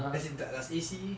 as in does does A_C